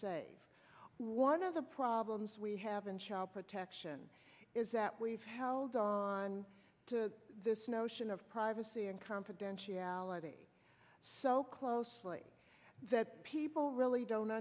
safe one of the problems we have in child protection is that we've held on to this notion of privacy and confidentiality so closely that people really don't